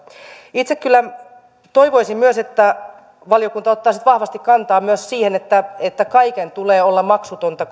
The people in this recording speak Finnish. itse kyllä toivoisin myös että valiokunta ottaa sitten vahvasti kantaa myös siihen että että kaiken tulee olla maksutonta